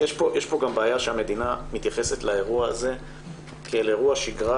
יש פה גם בעיה שהמדינה מתייחסת לאירוע הזה כאל אירוע שגרה,